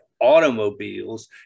automobiles